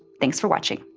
thanks for watching.